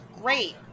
Great